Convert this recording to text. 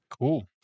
Cool